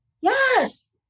Yes